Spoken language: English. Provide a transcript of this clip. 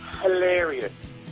hilarious